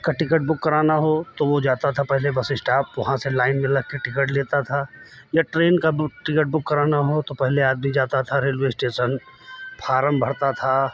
का ticket book कराना हो तो वो जाता था पहले बस इस्टाप वहाँ से लाइन में लगके टिकट लेता था या ट्रेन का टिकट बुक कराना हो तो पहले आदमी जाता था रेलवे स्टेसन फारम भरता था